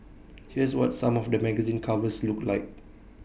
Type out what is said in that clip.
here's what some of the magazine covers looked like